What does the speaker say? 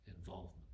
involvement